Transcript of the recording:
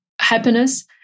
happiness